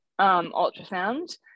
ultrasound